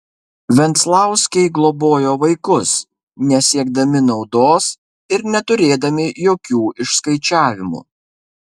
venclauskiai globojo vaikus nesiekdami naudos ir neturėdami jokių išskaičiavimų